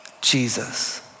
Jesus